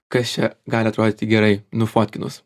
kas čia gali atrodyti gerai nufotkinus